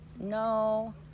no